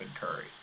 curry